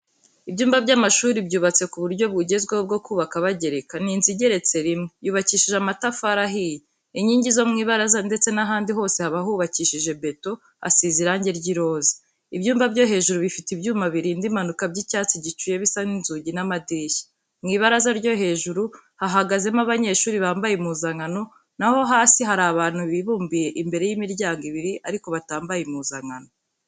Ibyumba by'amashuri byubatse ku buryo bugezweho, bwo kubaka bagereka. Ni inzu igeretse rimwe. yubakishije amatafari ahiye. Inkingi zo mu ibaraza ndetse n'ahandi hose haba hubakishije beto, hasize irangi ry'iroza. Ibyumba byo hejuru bifite ibyuma birinda impanuka by'icyatsi gicuye bisa n'inzugi n'amadirishya. Mu ibaraza ryo hejuru hahagazemo abanyeshuri bambaye impuzankano, naho hasi hari abantu hibumbiye imbere y'imiryango ibiri ariko batambaye impuzankano.